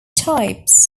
types